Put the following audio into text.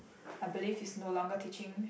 I believe he's no longer teaching